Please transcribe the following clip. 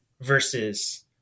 versus